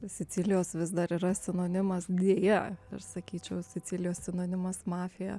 sicilijos vis dar yra sinonimas deja ir sakyčiau sicilijos sinonimas mafija